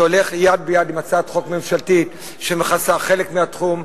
שהולך יד ביד עם הצעת חוק ממשלתית שמכסה חלק מהתחום,